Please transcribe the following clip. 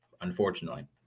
unfortunately